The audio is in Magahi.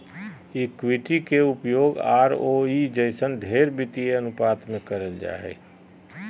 इक्विटी के उपयोग आरओई जइसन ढेर वित्तीय अनुपात मे करल जा हय